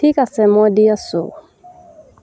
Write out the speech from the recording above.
ঠিক আছে মই দি আছো